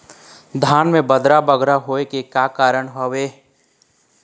धान म बदरा बगरा होय के का कारण का हवए?